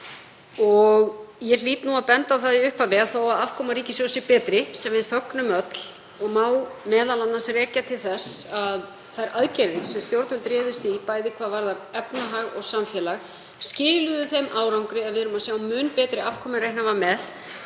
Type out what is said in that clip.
Ég hlýt nú að benda á það í upphafi að þó að afkoma ríkissjóðs sé betri, sem við fögnum öll og má m.a. rekja til þess að þær aðgerðir sem stjórnvöld réðust í, bæði hvað varðar efnahag og samfélag, skiluðu þeim árangri að við erum að sjá mun betri afkomu en